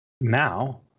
Now